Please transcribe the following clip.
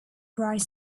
bright